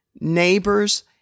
neighbors